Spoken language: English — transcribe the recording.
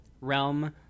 realm